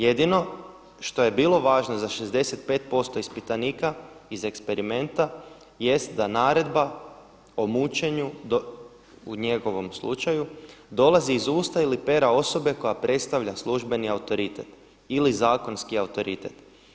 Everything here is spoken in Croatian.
Jedino što je bilo važno za 65% ispitanika iz eksperimenta jest da naredba o mučenju u njegovom slučaju dolazi iz usta ili pera osobe koja predstavlja službeni autoritet ili zakonski autoritet.